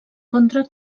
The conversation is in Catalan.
contra